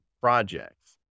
projects